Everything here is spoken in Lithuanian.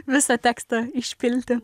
visą tekstą išpilti